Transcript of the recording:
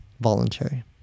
voluntary